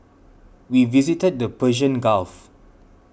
we visited the Persian Gulf